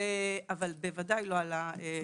בוודאי לא על הנפגעת.